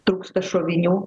trūksta šovinių